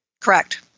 Correct